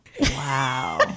Wow